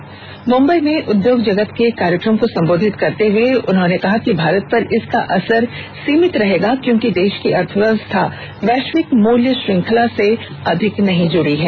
आज मुम्बई में उद्योग जगत के एक कार्यक्रम को सम्बोधित करते हुए उन्होंने विश्वास व्यक्त किया कि भारत पर इसका असर सीमित रहेगा क्योंकि देश की अर्थव्यवस्था वैश्विक मूल्य श्रृंखला से अधिक नहीं जुड़ी है